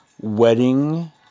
wedding